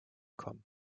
kommen